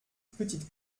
petite